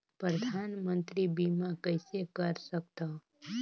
परधानमंतरी बीमा कइसे कर सकथव?